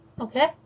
Okay